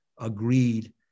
agreed